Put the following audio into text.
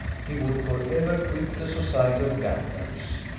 he would for ever quit the society of gamblers.